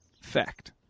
Fact